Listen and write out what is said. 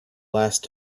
last